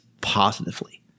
positively